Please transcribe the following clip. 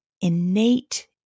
innate